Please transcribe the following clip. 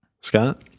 Scott